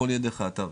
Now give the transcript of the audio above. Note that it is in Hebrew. הכל יהיה דרך האתר,